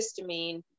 histamine